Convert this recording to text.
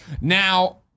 Now